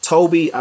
Toby